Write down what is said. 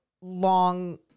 long